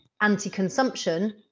anti-consumption